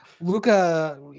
Luca